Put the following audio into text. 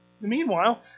Meanwhile